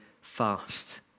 fast